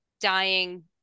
dying